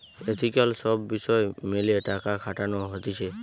ethical সব বিষয় মেলে টাকা খাটানো হতিছে